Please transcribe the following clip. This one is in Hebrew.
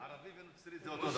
ערבי ונוצרי זה אותו הדבר.